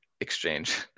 exchange